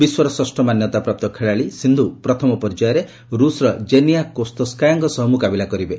ବିଶ୍ୱର ଷଷ୍ଠ ମାନ୍ୟତାପ୍ରାପ୍ତ ଖେଳାଳି ସିନ୍ଧୁ ପ୍ରଥମ ପର୍ଯ୍ୟାୟରେ ରୁଷ୍ର ଜେନିଆ କୋସ୍ତେସ୍କାୟାଙ୍କ ସହ ମୁକାବିଲା କରିବେ